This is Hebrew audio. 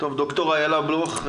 ד"ר אילה בלוך,